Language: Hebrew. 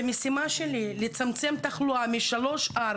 והמשימה שלי היא לצמצם את התחלואה מ 3-4,